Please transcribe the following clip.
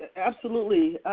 absolutely.